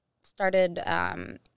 started –